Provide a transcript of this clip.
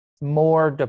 More